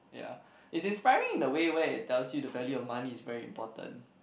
ya it's inspiring in the way where it tells you the value of money is very important